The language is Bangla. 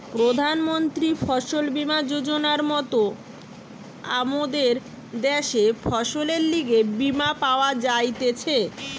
প্রধান মন্ত্রী ফসল বীমা যোজনার মত আমদের দ্যাশে ফসলের লিগে বীমা পাওয়া যাইতেছে